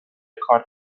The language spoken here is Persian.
کار